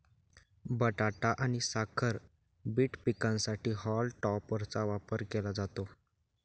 बटाटा आणि साखर बीट पिकांसाठी हॉल टॉपरचा वापर केला जातो